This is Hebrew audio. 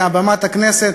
מעל בימת הכנסת,